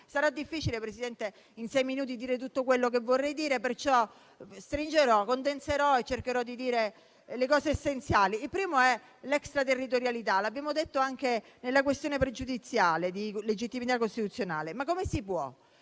Sarà difficile, Presidente, in sei minuti dire tutto quello che vorrei dire, perciò stringerò, condenserò e cercherò di dire le cose essenziali. Il primo vizio è l'extraterritorialità, come abbiamo detto anche nella questione pregiudiziale di legittimità costituzionale. Come si può